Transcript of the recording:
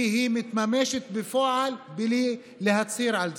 כי היא מתממשת בפועל בלי להצהיר על זה,